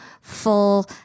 full